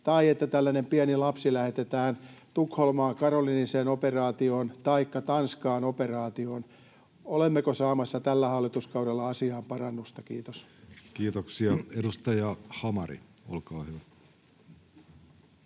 tai että tällainen pieni lapsi lähetetään operaatioon Tukholmaan Karoliiniseen taikka Tanskaan. Olemmeko saamassa tällä hallituskaudella asiaan parannusta? — Kiitos. Kiitoksia. — Edustaja Hamari, olkaa hyvä.